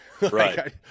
Right